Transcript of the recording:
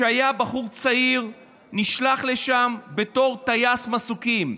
היה בחור צעיר ונשלח לשם בתור טייס מסוקים.